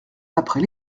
après